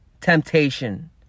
temptation